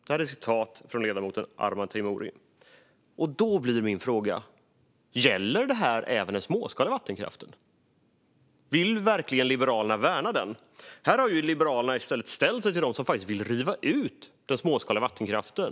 Det här är citat av ledamoten Arman Teimouri. Då blir min fråga: Gäller det här även den småskaliga vattenkraften? Vill verkligen Liberalerna värna den? Här har ju Liberalerna i stället sig sällat sig till dem som faktiskt vill riva ut den småskaliga vattenkraften.